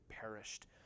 perished